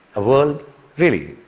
a world really,